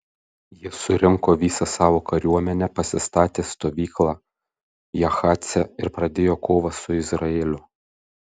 jis surinko visą savo kariuomenę pasistatė stovyklą jahace ir pradėjo kovą su izraeliu